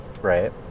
Right